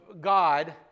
God